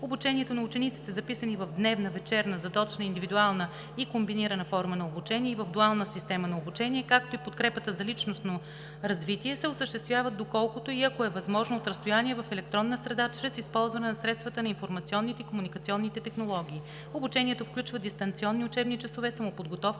обучението на учениците, записани в дневна, вечерна, задочна, индивидуална и комбинирана форма на обучение и в дуална система на обучение, както и подкрепата за личностно развитие, се осъществяват доколкото и ако е възможно от разстояние в електронна среда чрез използване на средствата на информационните и комуникационните технологии. Обучението включва дистанционни учебни часове, самоподготовка,